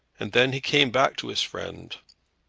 and then he came back to his friend.